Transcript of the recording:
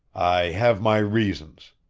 i have my reasons.